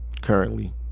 currently